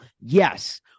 Yes